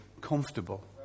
comfortable